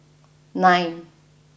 nine